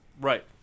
Right